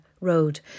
road